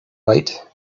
bite